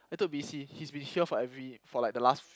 I told B_C he's been here for every for like the last